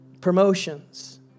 Promotions